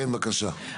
בבקשה.